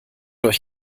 euch